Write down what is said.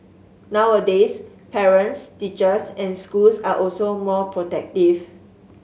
nowadays parents teachers and schools are also more protective